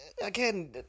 Again